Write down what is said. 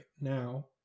now